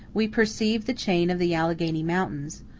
we perceive the chain of the alleghany mountains,